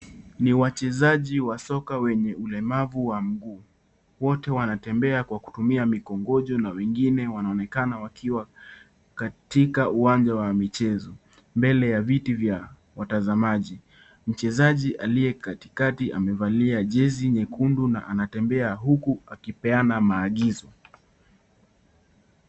Ni wachezaji wa soka wenye ulemavu wa miguu. Wote wanatembea kwa kutumia mikongojo na wengine wanaonekana wakiwa katika wanja wa michezo mbele ya viti vya watazamaji. Mchezaji aliye katikati amevalia jezi nyekundu na anatembea huku akipeana maagizo.